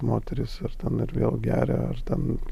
moteris ar ten ir vėl geria ar ten